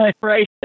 Right